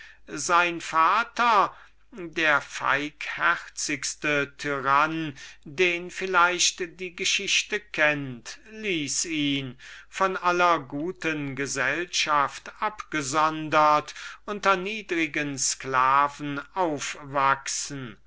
sein vater der feigherzigste tyrann der jemals war ließ ihn von aller guten gesellschaft abgesondert unter niedrigen sklaven aufwachsen